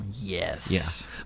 Yes